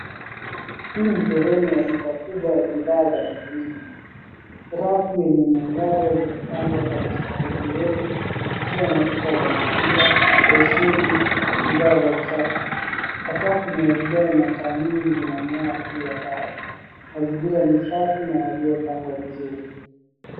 Hii ni sehemu ya duka kubwa ya bidhaa za mwilini. Rafu yenye mwangaza zimepangwa kwa mstari virefu ikiwa na chupa ya mafuta, loshoni na bidhaa za usafi. Sakafu ni ya vigae na taa nyingi zinangaa juu ya dari. Mazingira ni safi na yaliyopangwa vizuri.